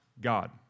God